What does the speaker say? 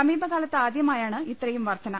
സമീപ്പകാലത്ത് ആദ്യമായാണ് ഇത്രയും വർദ്ധന